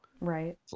Right